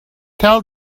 tell